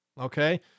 okay